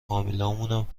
فامیلامونم